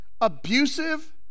abusive